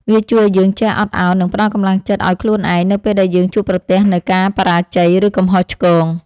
វាជួយឱ្យយើងចេះអត់ឱន និងផ្ដល់កម្លាំងចិត្តឱ្យខ្លួនឯង នៅពេលដែលយើងជួបប្រទះនូវការបរាជ័យ ឬកំហុសឆ្គង។